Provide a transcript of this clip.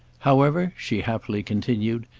however, she happily continued,